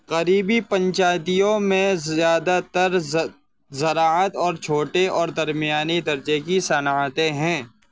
قریبی پنچایتوں میں زیادہ تر زراعت اور چھوٹے اور درمیانی درجے کی صنعتیں ہیں